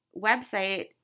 website